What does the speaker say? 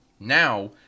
Now